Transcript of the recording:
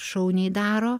šauniai daro